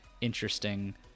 interesting